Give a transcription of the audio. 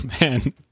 man